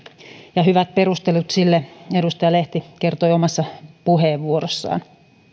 ja hyvät perustelut sille edustaja lehti kertoi omassa puheenvuorossaan